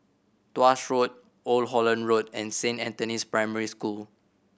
Tuas Road Old Holland Road and Saint Anthony's Primary School